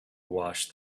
wash